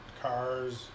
cars